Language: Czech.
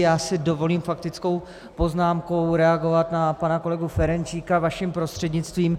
Já si dovolím faktickou poznámkou reagovat na pana kolegu Ferjenčíka vaším prostřednictvím.